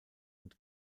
und